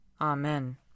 Amen